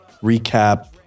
Recap